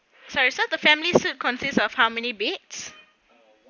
sorry so the family suites consists of how many beds